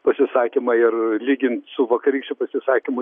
pasisakymą ir lygint su vakarykščiu pasisakymu